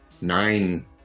nine